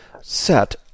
set